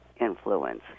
influence